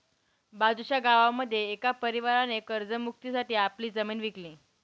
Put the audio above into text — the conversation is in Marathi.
बाजूच्या गावामध्ये एका परिवाराने कर्ज मुक्ती साठी आपली जमीन विकली